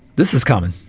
this is common.